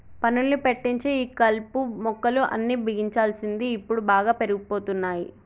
పనులను పెట్టించి ఈ కలుపు మొక్కలు అన్ని బిగించాల్సింది ఇప్పుడు బాగా పెరిగిపోతున్నాయి